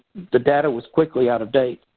the data was quickly out of date,